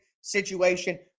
situation